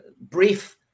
brief